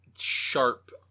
sharp